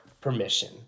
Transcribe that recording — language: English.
permission